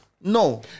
No